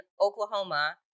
Oklahoma